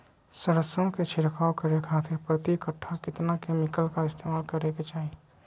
सरसों के छिड़काव करे खातिर प्रति कट्ठा कितना केमिकल का इस्तेमाल करे के चाही?